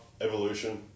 evolution